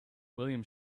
william